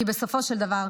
כי בסופו של דבר,